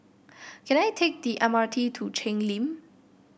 can I take the M R T to Cheng Lim